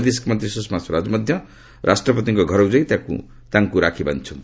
ବୈଦେଶିକ ମନ୍ତ୍ରୀ ସ୍ୱଷମା ସ୍ୱରାଜ ମଧ୍ୟ ରାଷ୍ଟ୍ରପତିଙ୍କ ଘରକୃ ଯାଇ ତାଙ୍କ ରାକ୍ଷୀ ବାନ୍ଧିଚ୍ଛନ୍ତି